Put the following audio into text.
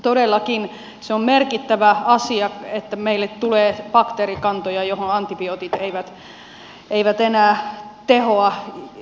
todellakin se on merkittävä asia että meille tulee bakteerikantoja joihin antibiootit eivät enää tehoa